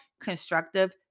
constructive